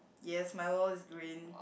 yes my wall is green